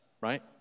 right